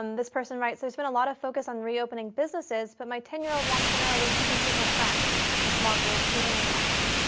um this person writes, there's been a lot of focus on reopening businesses, but my ten year old wants to know when she can see her friends in small groups, even in a mask.